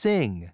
Sing